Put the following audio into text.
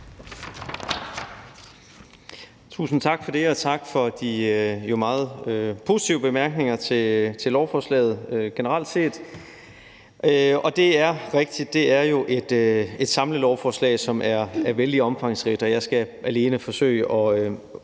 Tusind tak for det, og tak for de jo meget positive bemærkninger til lovforslaget generelt set. Det er rigtigt, at det er et samlelovforslag, som er vældig omfangsrigt, og jeg skal alene forsøge at